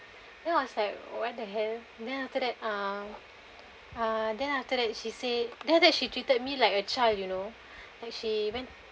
then I was like what the hell then after that um uh then after that she say then after that she treated me like a child you know like she went